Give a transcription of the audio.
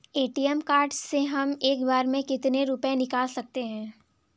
ATM card से हम एक बार में कितने रुपये निकाल सकते हैं?